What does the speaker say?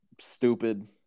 stupid